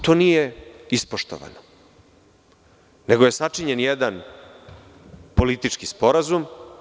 To nije ispoštovano, nego je sačinjen jedan politički sporazum.